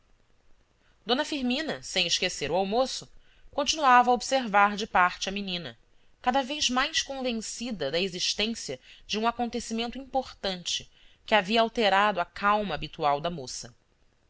d firmina sem esquecer o almoço continuava a observar de parte a menina cada vez mais convencida da existência de um acontecimento importante que havia alterado a calma habi tual da moça